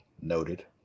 Noted